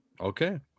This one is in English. Okay